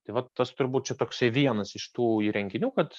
tai vat tas turbūt toksai vienas iš tų įrenginių kad